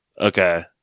Okay